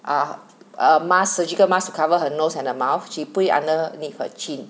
ah err mask surgical mask to cover her nose and the mouth she put it underneath her chin